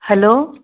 hello